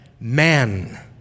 man